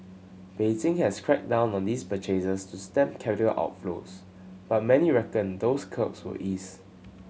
Beijing has cracked down on these purchases to stem capital outflows but many reckon those curbs will ease